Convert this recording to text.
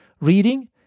reading